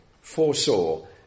foresaw